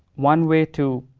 one way to